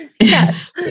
yes